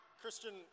Christian